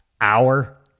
hour